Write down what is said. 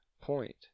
point